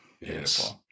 Yes